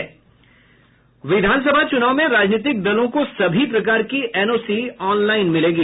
विधान सभा चूनाव में राजनीतिक दलों को सभी प्रकार की एनओसी ऑनलाईन मिलेगी